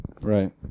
Right